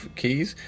keys